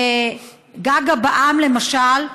ג.ג.א.ב בע"מ, למשל,